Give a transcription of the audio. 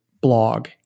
blog